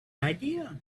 idea